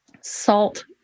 Salt